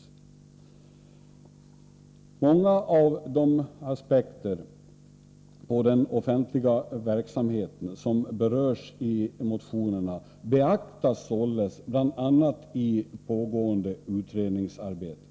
Nr 126 Många av de aspekter på den offentliga verksamheten som berörs i Fredagen den motionerna beaktas således, bl.a. i pågående utredningsarbete.